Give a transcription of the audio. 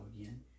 again